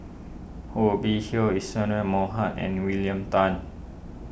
Hubert Hill Isadhora Mohamed and William Tan